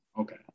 okay